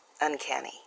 uncanny